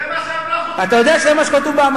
זה מה שאמרה ציפי חוטובלי.